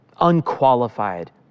unqualified